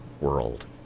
world